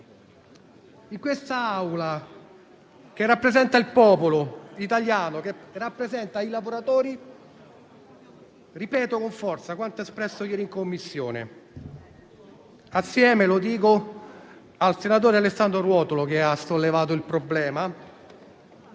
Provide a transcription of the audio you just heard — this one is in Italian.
In quest'Aula, che rappresenta il popolo italiano e i lavoratori, ripeto con forza quanto espresso ieri in Commissione assieme al senatore Alessandro Ruotolo, ci tengo a dirlo, che ha sollevato il problema,